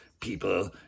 people